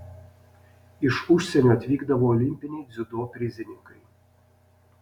iš užsienio atvykdavo olimpiniai dziudo prizininkai